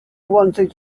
wanted